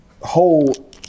whole